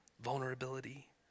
vulnerability